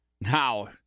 now